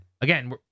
again